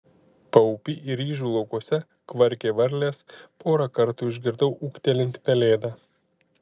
paupy ir ryžių laukuose kvarkė varlės porą kartų išgirdau ūktelint pelėdą